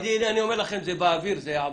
אני אומר לכם זה באוויר, זה יעבור.